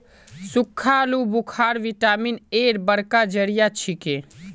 सुक्खा आलू बुखारा विटामिन एर बड़का जरिया छिके